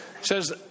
Says